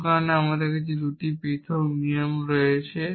কিছু কারণে আমার কাছে এই 2টি পৃথক নিয়ম রয়েছে